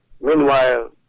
Meanwhile